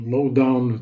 Lowdown